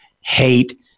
hate